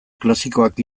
klasikoak